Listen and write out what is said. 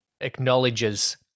acknowledges